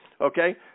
Okay